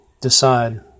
decide